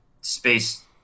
space